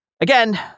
Again